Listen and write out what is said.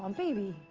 um baby.